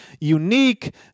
unique